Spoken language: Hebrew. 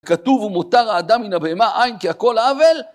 כתוב ומותר האדם מן הבאמה אין כי הכל הבל?